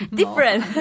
different